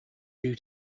due